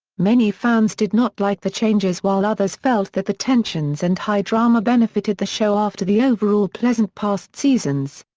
many fans did not like the changes while others felt that the tensions and high drama benefited the show after the overall pleasant past seasons.